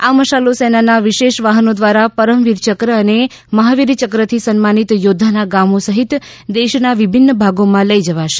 આ મશાલો સેનાના વિશેષ વાહનો દ્વારા પરમવીર ચક્ર અને મહાવીર ચક્રથી સન્માનિત યોદ્ધાના ગામો સહિત દેશના વિભિન્ન ભાગોમાં લઈ જવાશે